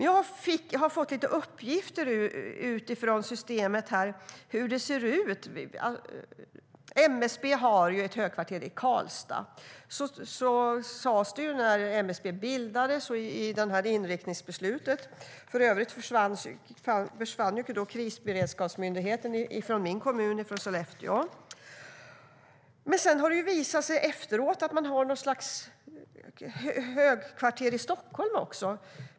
Jag har fått några uppgifter om hur systemet ser ut. MSB har ett högkvarter i Karlstad. När MSB bildades försvann Krisberedskapsmyndigheten från min hemkommun, Sollefteå. Efteråt har det visat sig att man har ett slags högkvarter också i Stockholm.